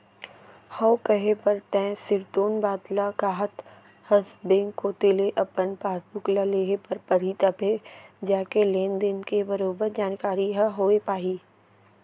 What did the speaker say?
हव कहे बर तैं सिरतोन बात ल काहत हस बेंक कोती ले अपन पासबुक ल लेहे बर परही तभे जाके लेन देन के बरोबर जानकारी ह होय पाही